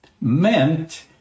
meant